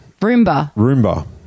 Roomba